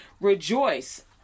rejoice